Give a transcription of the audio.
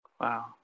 Wow